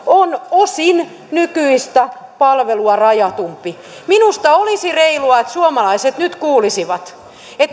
on osin nykyistä palvelua rajatumpi minusta olisi reilua että suomalaiset nyt kuulisivat